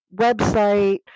website